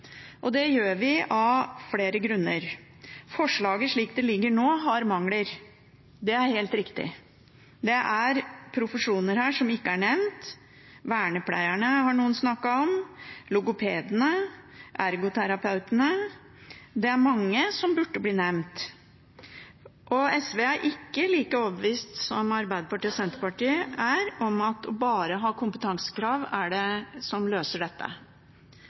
loven. Det gjør vi av flere grunner. Forslaget, slik det ligger nå, har mangler. Det er helt riktig. Det er profesjoner som ikke er nevnt her. Vernepleierne har noen snakket om. Logopedene, ergoterapeutene – det er mange som burde bli nevnt. Og SV er ikke like overbevist som Arbeiderpartiet og Senterpartiet om at det som løser dette,